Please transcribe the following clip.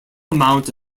amount